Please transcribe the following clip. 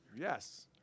yes